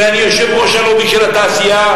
ואני יושב-ראש הלובי של התעשייה,